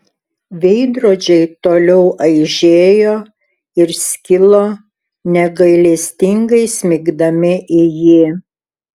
veidrodžiai toliau aižėjo ir skilo negailestingai smigdami į jį